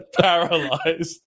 paralyzed